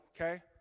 okay